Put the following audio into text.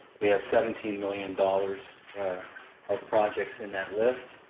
we have seventeen million dollars of projects in that list.